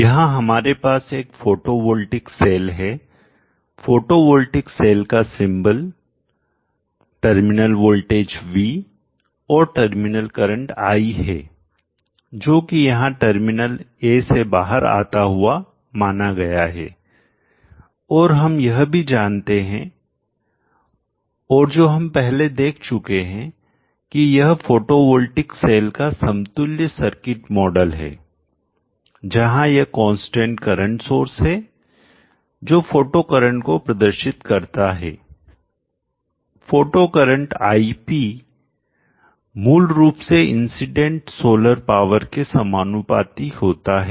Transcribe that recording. यहां हमारे पास एक फोटोवोल्टिक सेल है फोटोवोल्टिक सेल का सिंबल प्रतीक टर्मिनल वोल्टेज v और टर्मिनल करंट i है जो कि यहां टर्मिनल a से बाहर आता हुआ माना गया है और हम यह भी जानते हैं और जो हम पहले देख चुके हैं कि यह फोटोवोल्टिक सेल का समतुल्य सर्किट मॉडल है जहां यह कांस्टेंट करंट सोर्स है जो फोटो करंट को प्रदर्शित करता है फोटो करंट ip मूल रूप से इंसीडेंट सोलर पावर के समानुपाती होता है